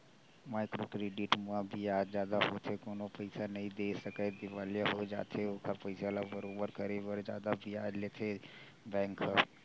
micro credit म बियाज जादा होथे कोनो पइसा नइ दे सकय दिवालिया हो जाथे ओखर पइसा ल बरोबर करे बर जादा बियाज लेथे बेंक ह